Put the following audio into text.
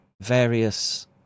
various